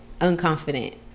unconfident